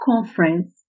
conference